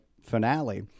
finale